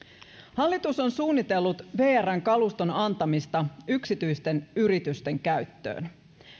hallitus on suunnitellut vrn kaluston antamista yksityisten yritysten käyttöön